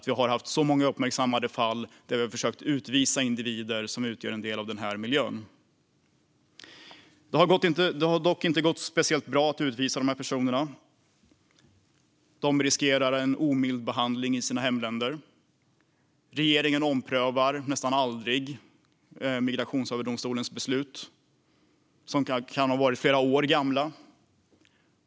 Vi har haft många uppmärksammade fall där vi har försökt utvisa individer som utgör en del av de miljöer jag nämnde. Det har dock inte gått speciellt bra att utvisa dessa personer då de riskerar en omild behandling i sina hemländer. Regeringen omprövar nästan aldrig Migrationsöverdomstolens beslut, som kan vara flera år gamla.